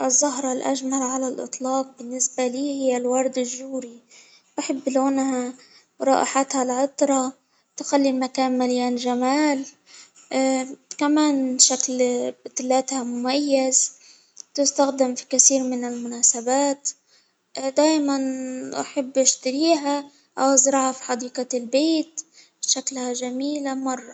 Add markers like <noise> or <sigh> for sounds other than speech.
الزهرة الأجمل على الإطلاق بالنسبة لي هي الورد الجوري، أحب لونها، رائحتها العطرة ،تخلي المكان مليان جمال، <hesitation> كمان شكل بدلاتها مميز، <hesitation> كمان تستخدم في كثير من المناسبات دايما أحب أشتريها أو زراعة في حديقة البيت، شكلها جميلة مرة.